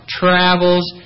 travels